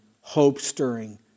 hope-stirring